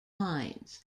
hines